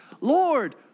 Lord